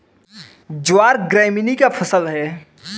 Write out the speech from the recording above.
ज्वार gramineae का फसल है